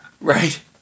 Right